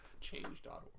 change.org